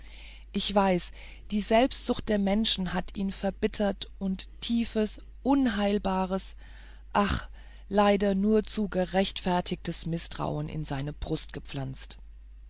ich weiß die selbstsucht der menschen hat ihn verbittert und tiefes unheilbares ach leider nur zu gerechtfertigtes mißtrauen in seine brust gepflanzt